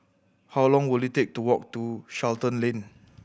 how long will it take to walk to Charlton Lane